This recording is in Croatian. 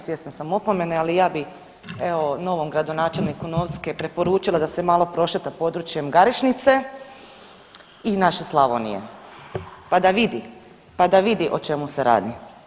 Svjesna sam opomene, ali ja bih evo novom gradonačelniku Novske preporučila da se malo prošeta područjem Garešnice i naše Slavonije, pa da vidi o čemu se radi.